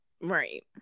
right